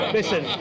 Listen